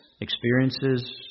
experiences